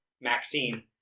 Maxine